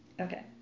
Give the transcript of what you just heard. Okay